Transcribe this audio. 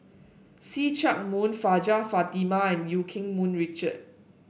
See Chak Mun Hajjah Fatimah and Eu Keng Mun Richard